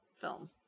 film